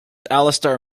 alistair